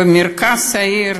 במרכז העיר,